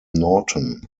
norton